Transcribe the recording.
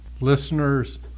Listeners